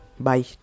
Bye